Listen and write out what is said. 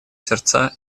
сердца